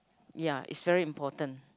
ya is very important